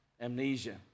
amnesia